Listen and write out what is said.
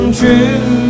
true